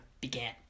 began